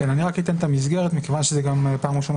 אז אני רק אתן את המסגרת מכיוון שזו פעם ראשונה